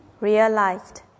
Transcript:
realized